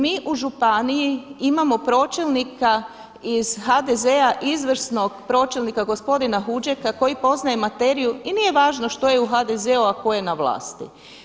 Mi u županiji imamo pročelnika iz HDZ-a, izvrsnog pročelnika gospodina Huđeka koji poznaje materiju i nije važno što je u HDZ a tko je vlasti.